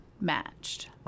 matched